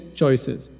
choices